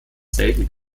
selten